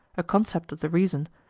a concept of the reason,